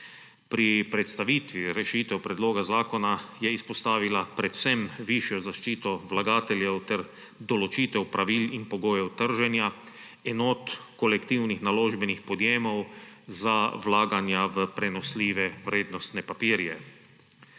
Pri predstavitvi rešitev predloga zakona je izpostavila predvsem višjo zaščito vlagateljev ter določitev pravil in pogojev trženja enot kolektivnih naložbenih podjemov za vlaganja v prenosljive vrednostne papirje.